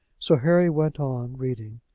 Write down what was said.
so harry went on reading.